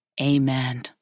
Amen